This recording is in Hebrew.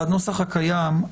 בנוסח הקיים,